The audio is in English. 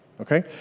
okay